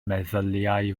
meddyliau